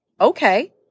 okay